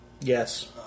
Yes